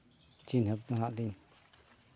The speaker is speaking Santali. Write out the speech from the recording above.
ᱪᱤᱱᱦᱟᱹᱯ ᱞᱮᱱᱟ ᱞᱤᱧ